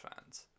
fans